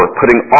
putting